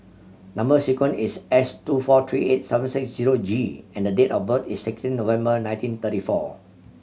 number sequence is S two four three eight seven six zero G and the date of birth is sixteen November nineteen thirty four